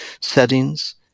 settings